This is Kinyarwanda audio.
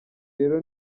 rero